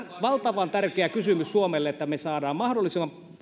valtavan tärkeä kysymys suomelle että me saamme mahdollisimman